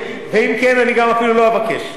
ואם כן, אני גם אפילו לא אבקש.